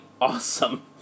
awesome